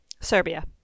Serbia